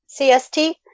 CST